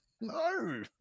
No